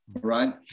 right